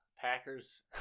Packers